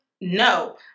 No